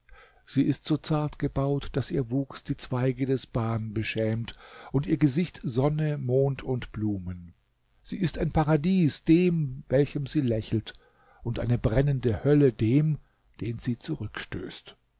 sie ist so zart gebaut daß ihr wuchs die zweige des ban beschämt und ihr gesicht sonne mond und blumen sie ist ein paradies dem welchem sie lächelt und eine brennende hölle dem den sie